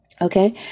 Okay